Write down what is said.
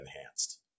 enhanced